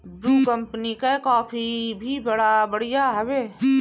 Bru company कअ coffee भी बड़ा बढ़िया हवे